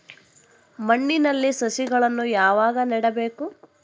ಮಣ್ಣಿನಲ್ಲಿ ಸಸಿಗಳನ್ನು ಯಾವಾಗ ನೆಡಬೇಕು?